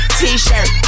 t-shirt